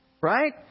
Right